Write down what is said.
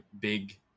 big